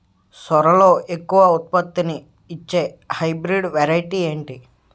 సోరలో ఎక్కువ ఉత్పత్తిని ఇచే హైబ్రిడ్ వెరైటీ ఏంటి?